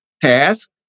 task